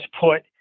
put